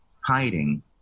hiding